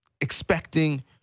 expecting